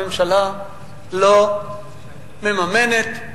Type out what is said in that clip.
הממשלה לא מממנת,